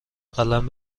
قلم